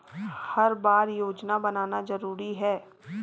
हर बार योजना बनाना जरूरी है?